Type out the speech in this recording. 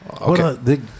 okay